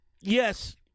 yes